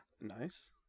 Nice